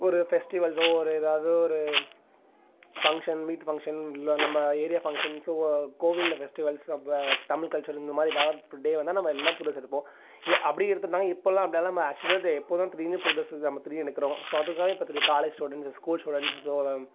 ஒரு ஃபெஸ்ட்டிவல்ஸோ ஒரு எதாவது ஒரு ஃபங்க்ஷன் வீட்டு ஃபங்க்ஷன் இல்லை நம்ம ஏரியா ஃபங்க்ஷன் ஸோ கோவிலில் ஃபெஸ்ட்டிவல்ஸ் இப்போ தமிழ் கல்ச்சர் இந்தமாதிரி எதா டே வந்தால் நம்ம எல்லாம் புதுசு எடுப்போம் இ அப்படியே எடுத்துருந்தாலும் இப்போலாம் நம்பளாம் ஆஸ்யூஸ்வல் டே எப்போதும் திடீர்னு புது டிரெஸ்ஸு நம்ம துணி எடுக்குறோம் ஸோ அதுக்காக இப்போ காலேஜ் ஸ்டூடண்ஸு ஸ்கூல் ஸ்டூடண்ஸோ